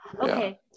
okay